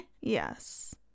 Yes